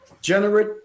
generate